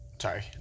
sorry